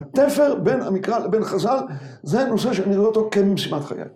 התפר בין המקרא לבין חז"ל, זה נושא שאני רואה אותו כמשימת חיי.